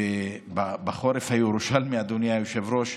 בחורף הירושלמי, אדוני היושב-ראש,